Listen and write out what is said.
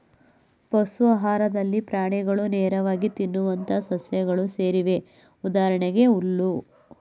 ಪಶು ಆಹಾರದಲ್ಲಿ ಪ್ರಾಣಿಗಳು ನೇರವಾಗಿ ತಿನ್ನುವಂತಹ ಸಸ್ಯಗಳು ಸೇರಿವೆ ಉದಾಹರಣೆಗೆ ಹುಲ್ಲು